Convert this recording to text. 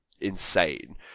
insane